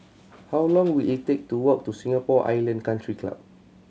how long will it take to walk to Singapore Island Country Club